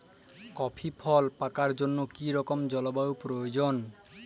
Coffee ফল পাকার জন্য কী রকম জলবায়ু প্রয়োজন?